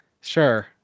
Sure